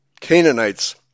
Canaanites